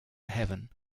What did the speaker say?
heaven